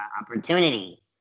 opportunity